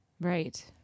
Right